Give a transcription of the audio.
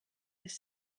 this